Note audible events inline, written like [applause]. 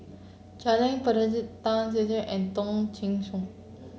Janil [unintelligible] Tan [unintelligible] and Ong Teng Koon